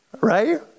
Right